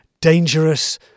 dangerous